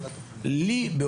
לי,